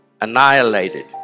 annihilated